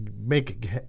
make